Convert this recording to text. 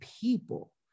people